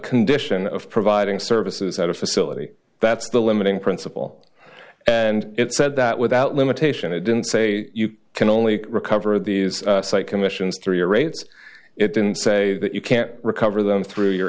condition of providing services at a facility that's the limiting principle and it said that without limitation it didn't say you can only recover these site commissions through your rates it didn't say that you can't recover them through your